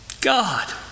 god